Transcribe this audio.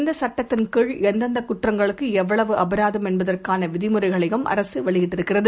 இந்தசட்டத்தின்கீழ்எந்தெந்தகுற்றங்களுக்குஎவ்வளவுஅபராதம்என்பதற்கானவிதிமு றைகளையும்அரசுவெளியிட்டிருக்கிறது